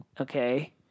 Okay